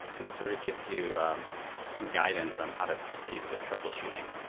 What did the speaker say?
and it sort of gives you some guidance on how to proceed with troubleshooting.